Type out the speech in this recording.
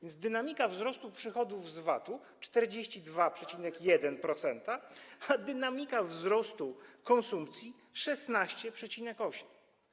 Więc dynamika wzrostu przychodów z podatku VAT - 42,1%, a dynamika wzrostu konsumpcji - 16,8.